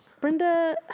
Brenda